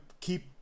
keep